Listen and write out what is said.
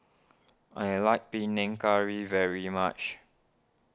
I like Panang Curry very much